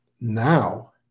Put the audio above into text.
now